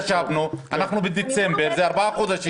אנחנו בדצמבר זה ארבעה חודשים.